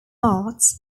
arts